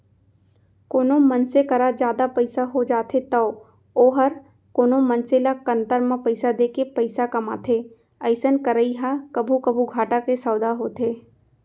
कोनो मनसे करा जादा पइसा हो जाथे तौ वोहर कोनो मनसे ल कन्तर म पइसा देके पइसा कमाथे अइसन करई ह कभू कभू घाटा के सौंदा होथे